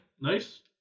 Nice